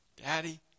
daddy